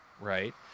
right